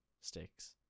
sticks